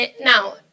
now